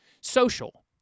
Social